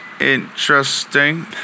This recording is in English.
interesting